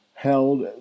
held